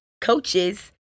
coaches